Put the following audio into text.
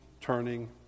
turning